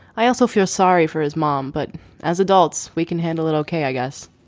i also feel sorry for his mom but as adults we can handle it okay i guess.